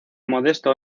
modesto